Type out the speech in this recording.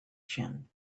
chin